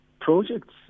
projects